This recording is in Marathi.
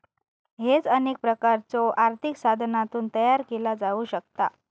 हेज अनेक प्रकारच्यो आर्थिक साधनांतून तयार केला जाऊ शकता